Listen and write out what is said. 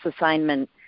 assignment